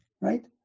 right